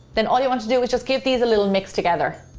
then all you want to do is just give these a little mix together.